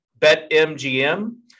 BetMGM